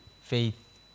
Faith